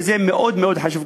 וזה מאוד חשוב,